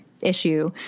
issue